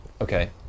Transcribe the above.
Okay